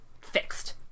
fixed